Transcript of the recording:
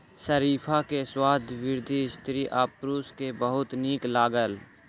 शरीफा के स्वाद वृद्ध स्त्री आ पुरुष के बहुत नीक लागल